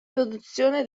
produzione